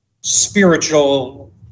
spiritual